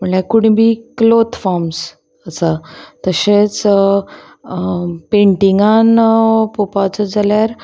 म्हणल्यार Kunbi cloth forms आसा तशेंच पेंटिंगान पळोवपाचो जाल्यार